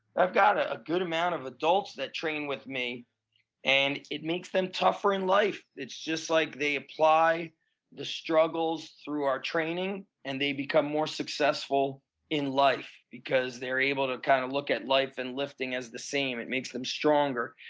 i've got a good amount of adults that train with me and it makes them tougher in life. it's just like they apply the struggles through our training and they become more successful in life because they're able to kind of look at life and lifting as the same. it makes them stronger.